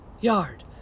Yard